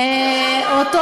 גם את, כמו אורן חזן?